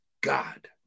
God